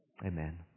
Amen